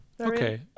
Okay